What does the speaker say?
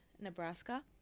nebraska